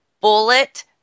bullet